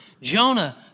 Jonah